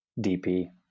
DP